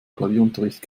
klavierunterricht